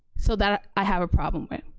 so that ah i have a problem with.